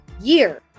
Year